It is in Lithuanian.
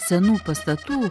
senų pastatų